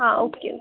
हां okay okay